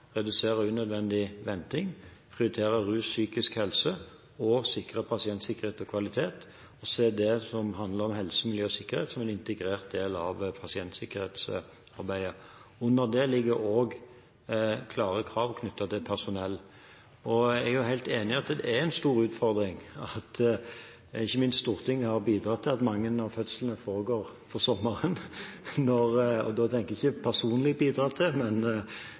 redusere unødvendig venting, prioritere rus og psykisk helse og sikre pasientsikkerhet og kvalitet – og se det som handler om helse, miljø og sikkerhet, som en integrert del av pasientsikkerhetsarbeidet. Under det ligger også klare krav knyttet til personell. Jeg er helt enig i at det er en stor utfordring at ikke minst Stortinget har bidratt til at mange av fødslene foregår på sommeren – og det tenker jeg ikke å bidra til personlig – gjennom opptaket til